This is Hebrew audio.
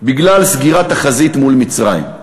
בגלל סגירת החזית מול מצרים.